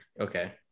Okay